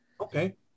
okay